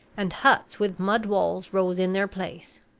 and huts with mud walls rose in their place.